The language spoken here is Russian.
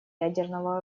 ядерного